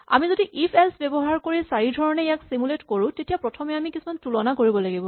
আমি যদি ইফ এল্চ ব্যৱহাৰ কৰি চাৰিধৰণে ইয়াক চিমুলেট কৰো তেতিয়া প্ৰথমে আমি কিছুমান তুলনা কৰিব লাগিব